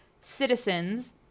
citizens